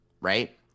right